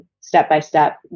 step-by-step